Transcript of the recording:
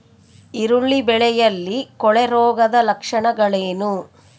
ಈರುಳ್ಳಿ ಬೆಳೆಯಲ್ಲಿ ಕೊಳೆರೋಗದ ಲಕ್ಷಣಗಳೇನು?